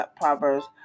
Proverbs